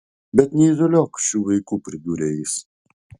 bet neizoliuok šių vaikų pridūrė jis